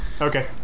Okay